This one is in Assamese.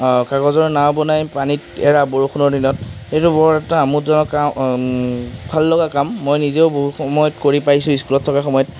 কাগজৰ নাওঁ বনাই পানীত এৰা বৰষুণৰ দিনত এইটো বৰ এটা আমোদজনক কাম ভাল লগা কাম মই নিজেও বহু সময়ত কৰি পাইছোঁ স্কুলত থকা সময়ত